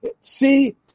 see